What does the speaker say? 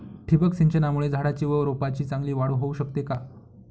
ठिबक सिंचनामुळे झाडाची व रोपांची चांगली वाढ होऊ शकते का?